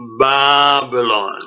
Babylon